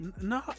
no